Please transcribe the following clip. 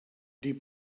die